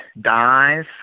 dies